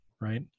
right